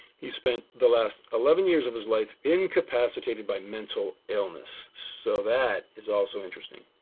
he spent the last eleven years of his life, incapacitated by mental illness. so that is also interesting.